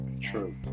True